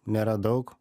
nėra daug